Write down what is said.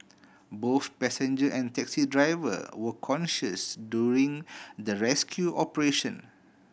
both passenger and taxi driver were conscious during the rescue operation